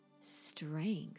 strength